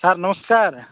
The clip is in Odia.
ସାର୍ ନମସ୍କାର